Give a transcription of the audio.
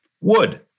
wood